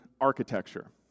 architecture